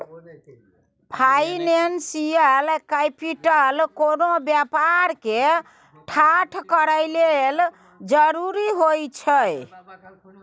financial capital कोनो व्यापार के ठाढ़ करए लेल जरूरी होइ छइ